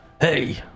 hey